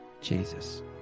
Jesus